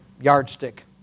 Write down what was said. yardstick